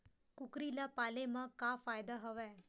कुकरी ल पाले म का फ़ायदा हवय?